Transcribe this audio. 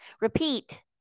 Repeat